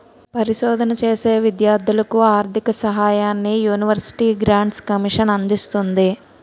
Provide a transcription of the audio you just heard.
పరిశోధన చేసే విద్యార్ధులకు ఆర్ధిక సహాయాన్ని యూనివర్సిటీ గ్రాంట్స్ కమిషన్ అందిస్తుంది